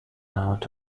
out